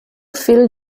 viel